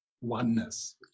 oneness